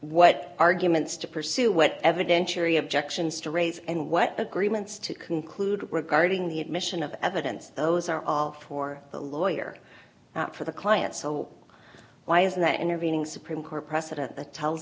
what arguments to pursue whatever dench area objections to raise and what agreements to conclude regarding the admission of evidence those are all for the lawyer for the client so why is that intervening supreme court precedent that tells